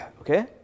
okay